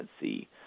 see